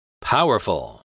Powerful